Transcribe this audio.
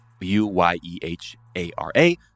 U-Y-E-H-A-R-A